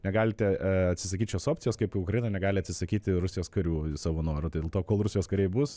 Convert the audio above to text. negalite atsisakyt šios opcijos kaip ukraina negali atsisakyti rusijos karių savo noru tai dėl to kol rusijos kariai bus